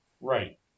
Right